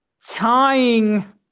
Tying